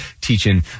teaching